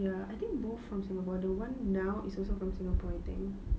ya I think both from singapore the one now is also from singapore I think